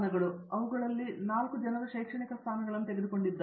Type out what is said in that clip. professor Usha Mohan ಶೈಕ್ಷಣಿಕ ಸ್ಥಾನಗಳು ಅವುಗಳಲ್ಲಿ 4 ಶೈಕ್ಷಣಿಕ ಸ್ಥಾನಗಳನ್ನು ತೆಗೆದುಕೊಂಡಿದೆ